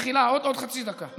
מחילה, עוד חצי דקה.